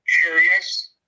curious